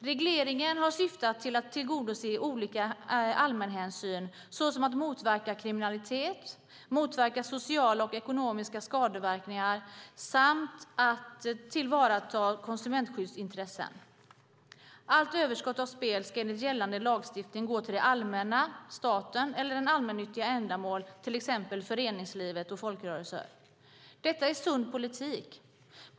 Regleringen har syftat till att tillgodose olika allmänhänsyn, såsom att motverka kriminalitet och sociala och ekonomiska skadeverkningar samt tillvarata konsumentskyddsintressen. Allt överskott av spel ska enligt gällande lagstiftning gå till det allmänna, staten, eller allmännyttiga ändamål, till exempel föreningsliv och folkrörelser. Detta är sund politik.